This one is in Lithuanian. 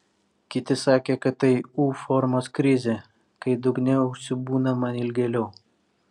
kiti sakė kad tai u formos krizė kai dugne užsibūnama ilgėliau